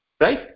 Right